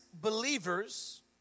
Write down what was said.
believers